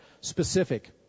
specific